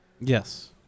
Yes